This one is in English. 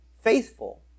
faithful